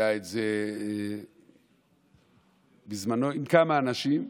זה היה בזמנו עם כמה אנשים.